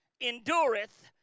endureth